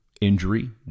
injury